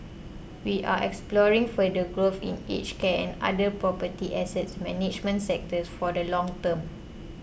we are exploring further growth in aged care and other property assets management sectors for the long term